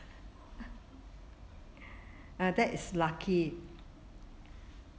ah that is lucky